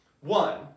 one